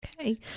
Okay